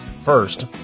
first